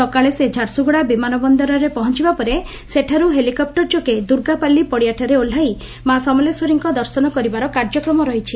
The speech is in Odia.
ସକାଳେ ସେ ଝାରସୁଗୁଡ଼ା ବିମାନ ବନ୍ଦରରେ ପହଞ୍ଚିବା ପରେ ସେଠାରୁ ହେଲିକପ୍ଟର ଯୋଗେ ଦୁର୍ଗାପାଲି ପଡ଼ିଆରେ ଓହ୍ଲାଇ ମା' ସମଲେଶ୍ୱରୀଙ୍କ ଦର୍ଶନ କରିବାର କାର୍ଯ୍ୟକ୍ରମ ରହିଛି